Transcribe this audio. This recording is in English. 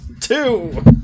Two